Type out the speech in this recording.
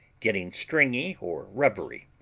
getting stringy or rubbery.